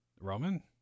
Roman